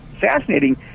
fascinating